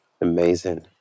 Amazing